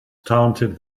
taunted